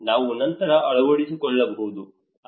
ನಾವು ನಂತರ ಅಳವಡಿಸಿಕೊಳ್ಳಬಹುದು